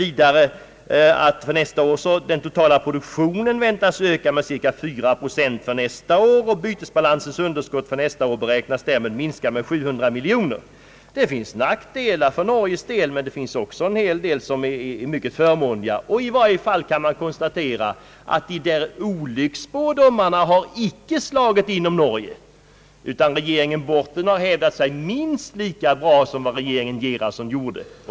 Vidare väntas den totala produktionen för nästa år öka med 4 procent och bytesbalansen därmed minska med 700 miljoner. Det finns nackdelar för Norges del, men också en hel del som är mycket förmånligt. I varje fall kan man konstatera att olycksspådomarna inte har slagit in, utan att regeringen Borten har hävdat sig minst lika bra som regeringen Gerhardsen gjorde.